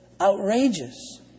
outrageous